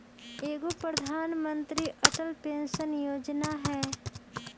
एगो प्रधानमंत्री अटल पेंसन योजना है?